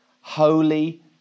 holy